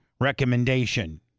recommendation